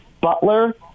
Butler